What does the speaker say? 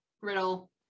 riddle